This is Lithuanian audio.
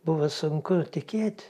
buvo sunku tikėt